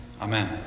Amen